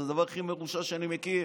זה דבר הכי מרושע שאני מכיר.